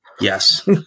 yes